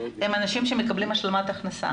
הם אנשים שמקבלים השלמת הכנסה.